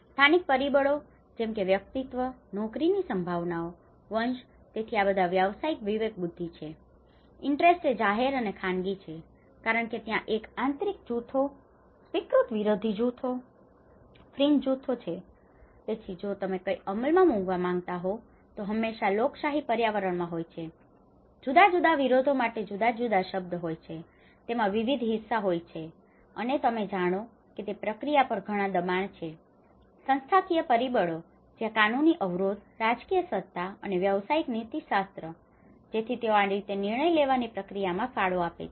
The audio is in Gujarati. સ્થાનિક પરિબળો જેમ કે વ્યક્તિત્વ નોકરીની સંભાવનાઓ વંશ તેથી આ બધા વ્યાવસાયિક વિવેકબુદ્ધિ છે અને ઇન્ટરેસ્ટ એ જાહેર અને ખાનગી છે કારણ કે ત્યાં એક આંતરિક જૂથો સ્વીકૃત વિરોધી જૂથો ફ્રિન્જ જૂથો છે તેથી જો તમે કંઈક અમલમાં મૂકવા માંગતા હોવ તો તે હંમેશા લોકશાહી પર્યાવરણમાં હોય છે જુદા જુદા વિરોધો માટે જુદા જુદા શબ્દ હોય છે તેમાં વિવિધ હિસ્સા હોય છે અને તમે જાણો છો કે તે પ્રક્રિયા પર ઘણાં દબાણ છે અને સંસ્થાકીય પરિબળો જ્યાં કાનૂની અવરોધ રાજકીય સત્તા અને વ્યાવસાયિક નીતિશાસ્ત્ર જેથી તેઓ આ રીતે નિર્ણય લેવાની પ્રક્રિયામાં ફાળો આપે છે